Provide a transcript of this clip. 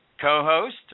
co-host